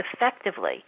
effectively